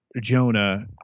Jonah